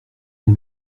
son